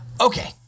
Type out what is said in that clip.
Okay